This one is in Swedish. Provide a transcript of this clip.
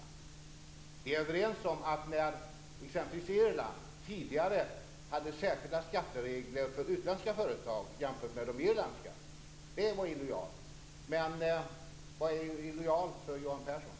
Vi är överens om att när t.ex. Irland tidigare hade särskilda skatteregler för utländska företag jämfört med de irländska var det illojalt. Men vad är illojalt för Johan Pehrson?